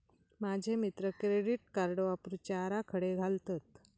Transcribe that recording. माझे मित्र credit card वापरुचे आराखडे घालतत